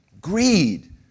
Greed